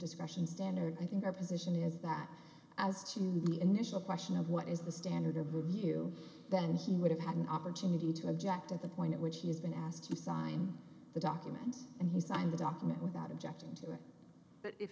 discretion standard i think our position is that as to me initial question of what is the standard or review then he would have had an opportunity to object at the point at which he has been asked to sign the document and he signed the document without objecting to it but if